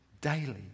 daily